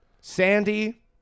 Sandy